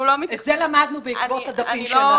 את זה למדנו בעקבות הדפים שהנחתם פה.